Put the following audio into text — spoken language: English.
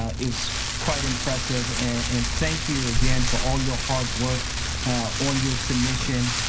ah it was quite impressive and thank you again for all your hard work on your submission.